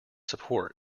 support